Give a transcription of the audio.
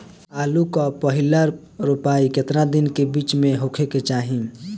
आलू क पहिला रोपाई केतना दिन के बिच में होखे के चाही?